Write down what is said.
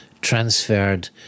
transferred